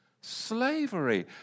slavery